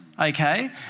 okay